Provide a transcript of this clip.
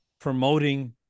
promoting